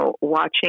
watching